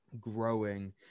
growing